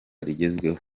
rigezweho